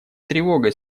тревогой